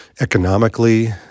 economically